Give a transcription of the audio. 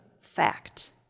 fact